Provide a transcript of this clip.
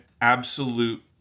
absolute